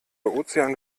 ozean